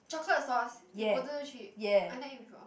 chocolate sauce with potato chip I never eat before